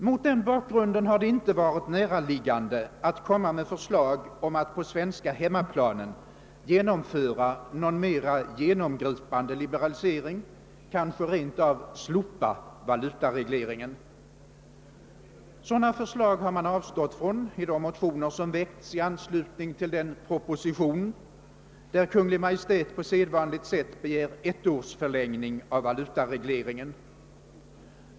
Mot denna bakgrund har det inte varit näraliggande att lägga fram förslag om att på den svenska hemmaplanen genomföra någon mera genomgripande liberalisering eller kanske rent av slopa valutaregleringen. Sådana förslag har man avstått från i de motioner som väckts i anslutning till den proposition, där Kungl. Maj:t på sedvanligt sätt begär ett års förlängning av valutaregleringen.